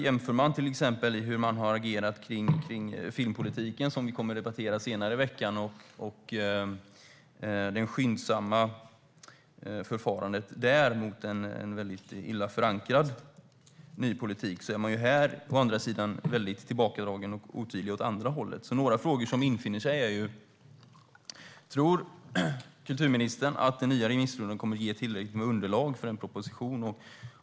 Jämför man med hur man har agerat när det gäller filmpolitiken, som vi kommer att debattera senare i veckan, och det skyndsamma förfarandet där med en väldigt illa förankrad ny politik, är man här väldigt tillbakadragen och otydlig. Några frågor som infinner sig är: Tror kulturministern att den nya remissrundan kommer att ge tillräckligt underlag för en proposition?